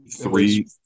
Three